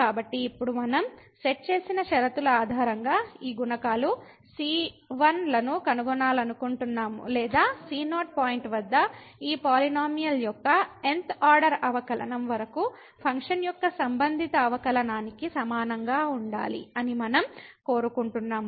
కాబట్టి ఇప్పుడు మనం సెట్ చేసిన షరతుల ఆధారంగా ఈ గుణకాలు ci లను కనుగొనాలనుకుంటున్నాము లేదా x0 పాయింట్ వద్ద ఈ పాలినోమియల్ యొక్క nth ఆర్డర్ అవకలనం వరకు ఫంక్షన్ యొక్క సంబంధిత అవకలనానికి సమానంగా ఉండాలి అని మనం కోరుకుంటున్నాము